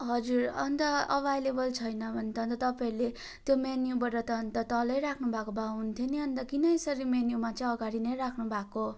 हजुर अन्त एभाइलेभल छैन भने त तपाईँहरूले त्यो मेन्युबाट त अन्त तलै राख्नु भएको भए हुन्थ्यो नि अन्त किन यसरी मेन्युमा चाहिँ अगाडि नै राख्नु भएको